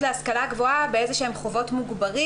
להשכלה גבוהה באיזשהם חובות מוגברים.